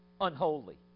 unholy